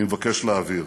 אני מבקש להבהיר: